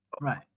Right